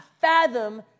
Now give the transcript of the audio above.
fathom